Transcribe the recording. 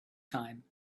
time